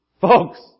folks